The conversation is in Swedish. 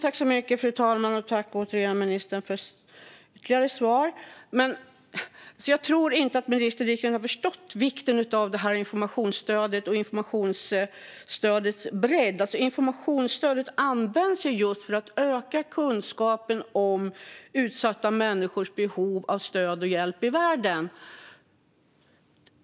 Fru talman! Tack för ytterligare svar, ministern! Jag tror inte att ministern riktigt har förstått vikten av informationsstödet och dess bredd. Informationsstödet används ju just för att öka kunskapen om utsatta människors behov av stöd och hjälp i världen.